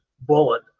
bullet